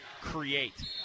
create